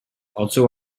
also